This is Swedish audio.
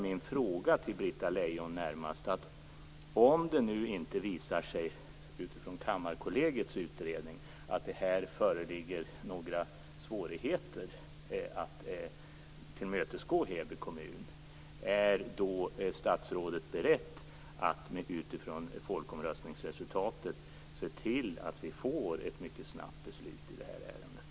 Min fråga till Britta Lejon är: Om Kammarkollegiets utredning visar att det inte föreligger några svårigheter att tillmötesgå Heby kommun, är statsrådet då beredd att utifrån folkomröstningsresultatet se till att vi får ett mycket snabbt beslut i det här ärendet?